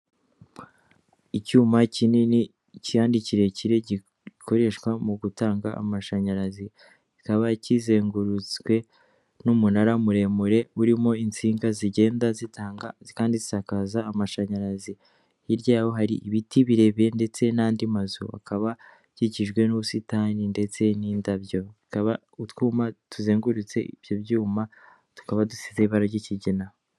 Icyuma kinini kandi kikire gikoreshwa mu gutanga amashanyarazi kikaba kizengurutswe n'umunara muremure uririmo insinga zigenda zisakaza amashanyarazi hirya yaho hari ibiti birebire ndetse n'andi mazu hakaba hakikijwe n'ubusitani ndetse n'indabyo hakaba utwuma tuzengurutse ibyo byuma tukaba dusize ibara ry'ikigina.